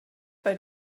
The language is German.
bei